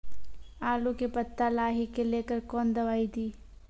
आलू के पत्ता लाही के लेकर कौन दवाई दी?